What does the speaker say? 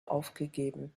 aufgegeben